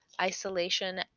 isolation